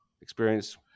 experience